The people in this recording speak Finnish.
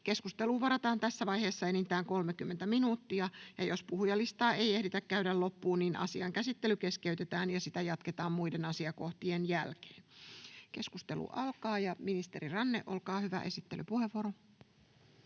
Keskusteluun varataan tässä vaiheessa enintään 30 minuuttia. Jos puhujalistaa ei tässä ajassa ehditä käydä loppuun, asian käsittely keskeytetään ja sitä jatketaan muiden asiakohtien jälkeen. — Keskustelu alkaa. Ministeri Ranne, olkaa hyvä, esittelypuheenvuoro.